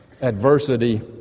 Adversity